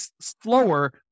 slower